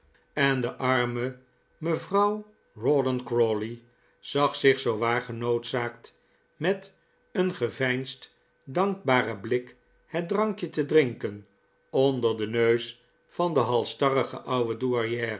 en de arme mevrouw rawdon crawley zag zich zoowaar genoodzaakt met een geveinsd dankbaren blik het drankje te drinken onder den neus van de halsstarrige